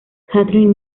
kathryn